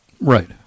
Right